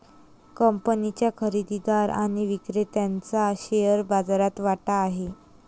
कंपनीच्या खरेदीदार आणि विक्रेत्याचा शेअर बाजारात वाटा आहे